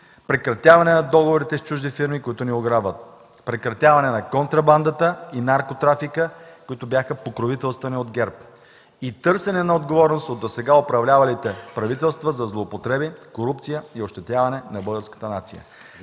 прекратяване на договорите с чужди фирми, които ни ограбват, прекратяване на контрабандата и наркотрафика, които бяха покровителствани от ГЕРБ, и търсене на отговорност от досега управлявалите правителства за злоупотреби, корупция и ощетяване на българската нация.